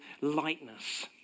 lightness